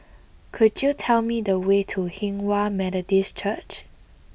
could you tell me the way to Hinghwa Methodist Church